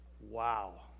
Wow